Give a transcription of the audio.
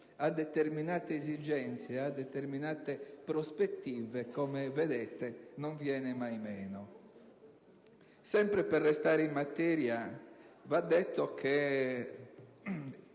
a determinate esigenze e a determinate prospettive, come vedete, non viene mai meno. Sempre per restare in materia, va detto che,